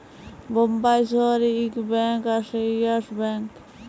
বোম্বাই শহরে ইক ব্যাঙ্ক আসে ইয়েস ব্যাঙ্ক